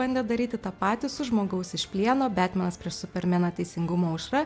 bandė daryti tą patį su žmogaus iš plieno betmenas prieš supermeną teisingumo aušra